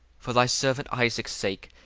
for thy servant issac's sake,